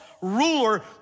ruler